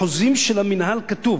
בחוזים של המינהל כתוב,